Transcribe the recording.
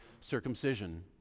circumcision